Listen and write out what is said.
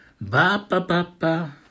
Ba-ba-ba-ba